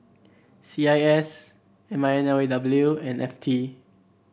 C I S M I N L A W and F T